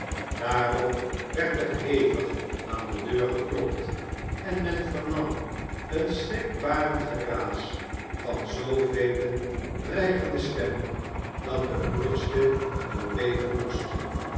daarop werd er hevig aan de deur geklopt en men vernam een schrikbarend geraas van zoovele dreigende stemmen dat de moedigste wel beven moest